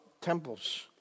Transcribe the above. temples